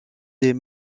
les